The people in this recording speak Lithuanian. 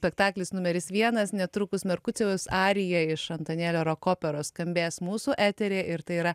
spektaklis numeris vienas netrukus merkucijaus arija iš antanėlio roko opera skambės mūsų eteryje ir tai yra